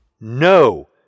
No